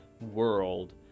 world